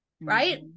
right